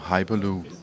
Hyperloop